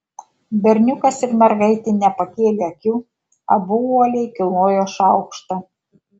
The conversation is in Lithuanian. berniukas ir mergaitė nepakėlė akių abu uoliai kilnojo šaukštą